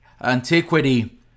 antiquity